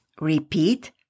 Repeat